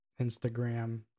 Instagram